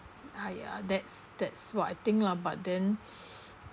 !haiya! that's that's what I think lah but then